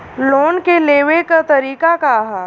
Loan के लेवे क तरीका का ह?